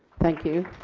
thank you.